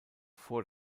vor